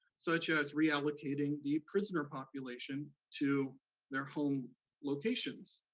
such as reallocating the prisoner population to their home locations,